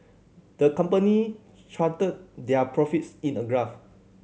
the company charted their profits in a graph